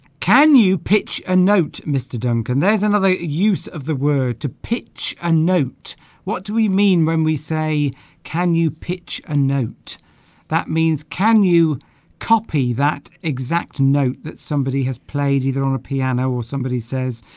can you pitch a note mr. duncan there's another use of the word to pitch a note what do we mean when we say can you pitch a note that means can you copy that exact note that somebody has played either on a piano or somebody says